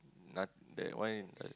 not that one I